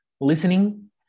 listening